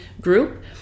group